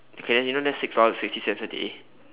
okay then do you know that's six dollars sixty cents a day